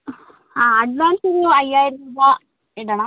അ advance ഒരു അയ്യായിരം രൂപ ഇടണം